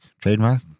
Trademark